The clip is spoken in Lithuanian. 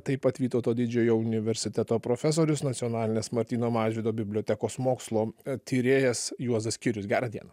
taip pat vytauto didžiojo universiteto profesorius nacionalinės martyno mažvydo bibliotekos mokslo tyrėjas juozas skirius gerą dieną